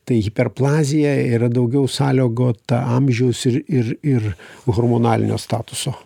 tai hiperplazija yra daugiau sąliogota amžiaus ir ir ir harmonalinio statuso